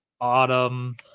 autumn